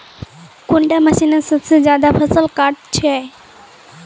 कुंडा मशीनोत सबसे ज्यादा फसल काट छै?